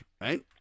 right